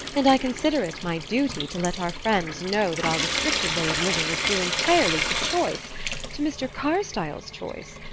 and i consider it my duty to let our friends know that our restricted way of living is due entirely to choice to mr. carstyle's choice.